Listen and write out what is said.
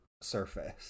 surface